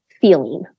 feeling